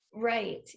Right